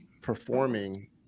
performing